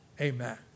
Amen